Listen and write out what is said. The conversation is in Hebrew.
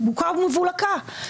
בוקה ומבולקה.